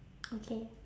okay